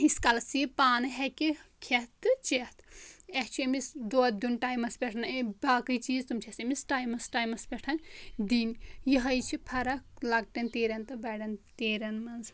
یِیٖتِس کالَس یہِ پانہٕ ہیٚکہِ کھٮ۪تھ تہٕ چٮ۪تھ اَسہِ چھُ أمِس دۄد دیُٚن ٹایمَس پٮ۪ٹھ اَمۍ باقٕے چیٖز تِم چھِ اَسہِ أمِس ٹایمَس ٹایمَس پٮ۪ٹھ دِنۍ یِہٕے چھِ فرق لۄکٹٮ۪ن تیٖرٮ۪ن تہٕ بَڑٮ۪ن تیٖرٮ۪ن منٛز